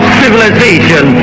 civilization